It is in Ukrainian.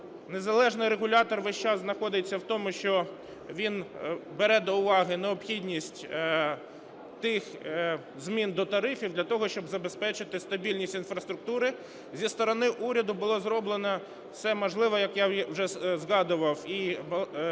незалежний регулятор весь час знаходиться в тому, що він бере до уваги необхідність тих змін до тарифів, для того щоб забезпечити стабільність інфраструктури. Зі сторони уряду було зроблено все можливе, як я вже згадував. І рішення